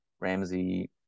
ramsey